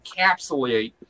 encapsulate